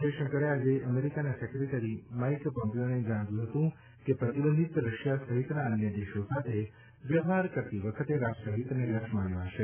જયશંકરે આજે અમેરિકાના સેક્રેટરી માઇક પામ્પીયોને જણાવ્યું હતું કે પ્રતિબંધિત રશિયા સહિતના અન્ય દેશો સાથે વ્યવહાર કરતી વખતે રાષ્ટ્રહિતને લક્ષ્યમાં લેવાશે